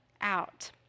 out